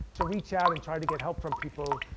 to reach out and try to get help from people.